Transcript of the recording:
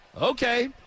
Okay